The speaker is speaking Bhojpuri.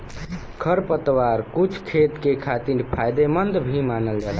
खरपतवार कुछ खेत के खातिर फायदेमंद भी मानल जाला